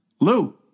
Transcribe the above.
Lou